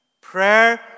Prayer